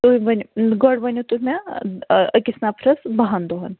تُہۍ ؤنِو گۄڈٕ ؤنِو تُہۍ مےٚ أکِس نَفرَس باہَن دۄہَن